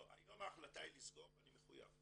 לא, היום ההחלטה היא לסגור ואני מחויב.